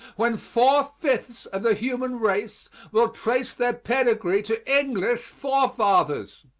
when four-fifths of the human race will trace their pedigree to english forefathers,